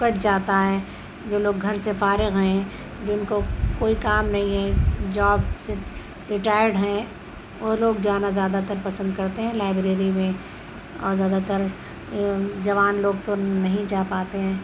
کٹ جاتا ہے جو لوگ گھر سے فارغ ہیں جن کو کوئی کام نہیں ہے جاب سے ریٹائرڈ ہیں وہ لوگ جانا زیادہ تر پسند کرتے ہیں لائبریری میں اور زیادہ تر جوان لوگ تو نہیں جا پاتے ہیں